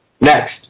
Next